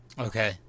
Okay